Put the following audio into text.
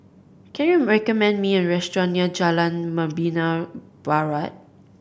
can you recommend me a restaurant near Jalan Membina Barat